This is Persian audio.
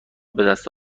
بدست